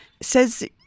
says